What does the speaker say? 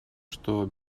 что